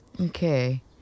Okay